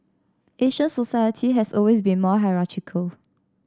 Asian society has always been more hierarchical